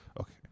Okay